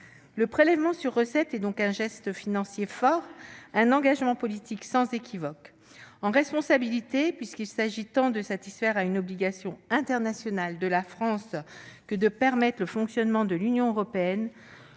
Le prélèvement sur recettes est donc un geste financier fort, un engagement politique sans équivoque. En responsabilité, puisqu'il s'agit tant de satisfaire à une obligation internationale de la France que de permettre le fonctionnement de l'Union européenne,